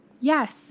yes